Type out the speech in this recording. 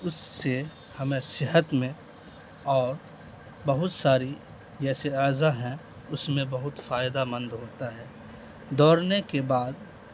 اس سے ہمیں صحت میں اور بہت ساری جیسے اعضا ہیں اس میں بہت فائدہ مند ہوتا ہے دوڑنے کے بعد